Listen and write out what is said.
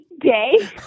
day